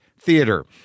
theater